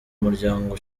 muryango